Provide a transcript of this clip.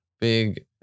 big